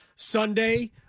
Sunday